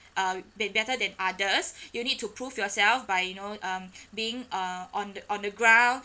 uh be better than others you need to prove yourself by you know um being uh on the on the ground